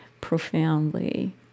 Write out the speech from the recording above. profoundly